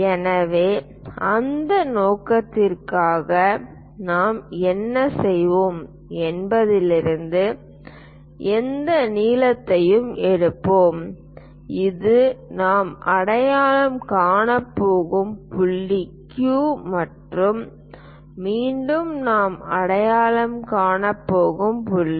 எனவே அந்த நோக்கத்திற்காக நாம் என்ன செய்வோம் என்பதிலிருந்து எந்த நீளத்தையும் எடுப்போம் இது நாம் அடையாளம் காணப் போகும் புள்ளி Q மற்றும் மீண்டும் நாம் அடையாளம் காணப் போகும் புள்ளி